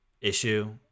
issue